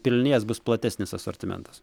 pilnės bus platesnis asortimentas